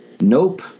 Nope